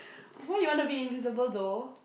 why you want to be invisible though